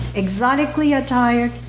exotically attired,